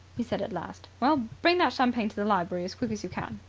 he said at last. well, bring that champagne to the library as quick as you can.